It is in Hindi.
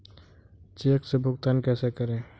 चेक से भुगतान कैसे करें?